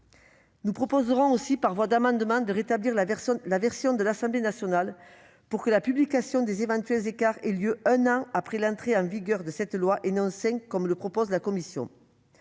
Nous proposerons aussi, par voie d'amendement, de rétablir la version de l'Assemblée nationale pour que la publication des éventuels écarts se fasse un an après l'entrée en vigueur de cette loi et non pas cinq ans après, comme le propose la commission.